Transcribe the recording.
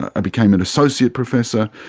i became an associate professor,